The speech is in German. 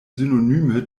synonyme